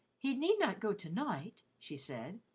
he need not go to-night? she said.